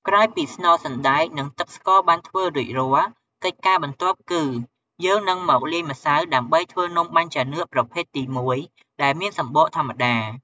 ក្រោយពីស្នូលសណ្ដែក និងទឹកស្ករបានធ្វើរួចរាល់ កិច្ចការបន្ទាប់គឺ យើងនឹងមកលាយម្សៅដើម្បីធ្វើនំបាញ់ចានឿកប្រភេទទីមួយ ដែលមានសំបកធម្មតា។